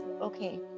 Okay